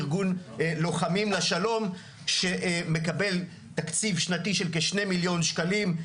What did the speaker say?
ארגונים לוחמים לשלום שמקבל תקציב שנתי של כ-2 מיליון שקלים,